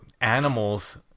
animals